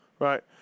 Right